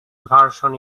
version